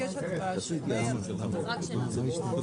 הצעת חוק-יסוד: הממשלה (הגברת הפיקוח של מינוי של שרים וסגני שרים)